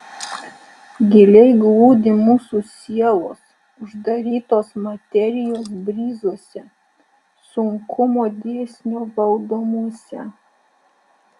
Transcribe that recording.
giliai glūdi mūsų sielos uždarytos materijos bryzuose sunkumo dėsnio valdomuose